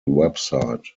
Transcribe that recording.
website